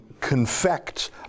confect